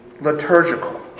liturgical